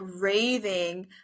raving